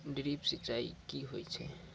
Drip सिंचाई कि होय छै?